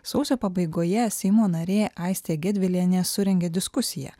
sausio pabaigoje seimo narė aistė gedvilienė surengė diskusiją